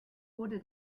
wurde